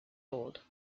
old